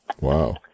Wow